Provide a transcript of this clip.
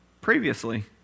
previously